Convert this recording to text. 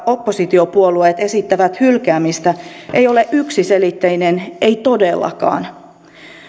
oppositiopuolueet esittävät ei ole yksiselitteinen ei todellakaan